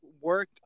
work